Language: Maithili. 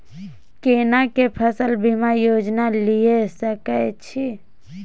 केना के फसल बीमा योजना लीए सके छी?